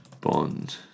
Bond